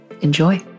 Enjoy